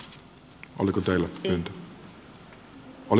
arvoisa puhemies